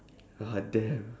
ah damn